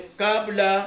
kabla